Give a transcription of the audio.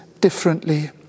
differently